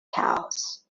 cows